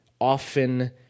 often